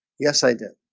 yes, i did.